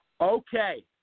Okay